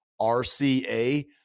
RCA